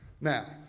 Now